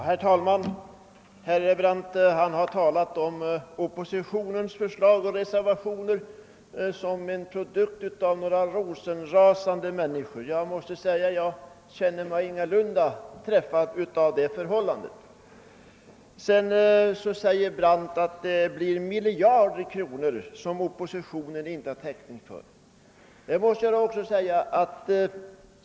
Herr talman! Herr Brandt talade om oppositionens förslag och reservationer som en produkt av några rosenrasande människor. Jag känner mig ingalunda träffad av den karakteristiken. Herr Brandt sade att det var miljarder kronor som oppositionen inte hade täckning för.